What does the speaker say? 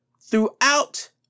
Throughout